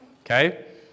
Okay